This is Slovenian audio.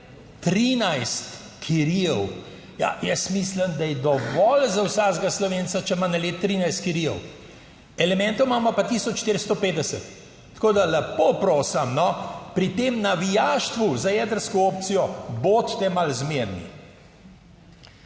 13 kirijev. Ja, jaz mislim, da je dovolj za vsakega Slovenca, če ima na leto 2013 kirijev, elementov imamo pa 1450. Tako da, lepo prosim no, pri tem navijaštvu za jedrsko opcijo bodite malo zmerni.